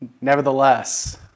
Nevertheless